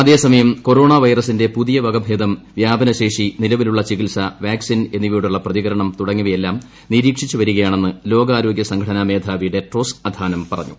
അതേസമയം കൊറോണ വൈറസിന്റെ പുതിയ വകഭേദം വ്യാപനശേഷി നിലവിലുള്ള ചികിത്സ വാക്സിൻ എന്നിവയോടുള്ള പ്രതികരണം തുടങ്ങിയവയെല്ലാം നിരീക്ഷിച്ച് വരികയാണെന്ന് ലോകാരോഗൃ സംഘടനാ മേധാവി ടെഡ്രോസ് അഥാനം പറഞ്ഞു